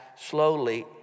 Slowly